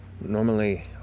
Normally